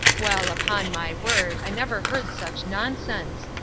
well, upon my word, i never heard such nonsense!